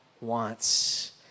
wants